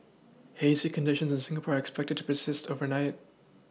hazy conditions in Singapore are expected to persist overnight